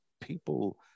people